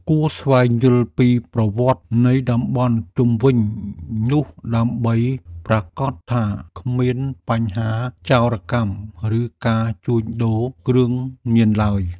គួរស្វែងយល់ពីប្រវត្តិនៃតំបន់ជុំវិញនោះដើម្បីប្រាកដថាគ្មានបញ្ហាចោរកម្ម ឬការជួញដូរគ្រឿងញៀនឡើយ។